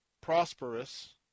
prosperous